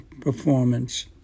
performance